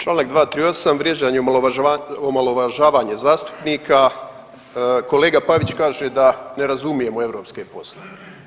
Članak 238., vrijeđanje i omalovažavanje zastupnika, kolega Pavić kaže da ne razumijemo europske poslove.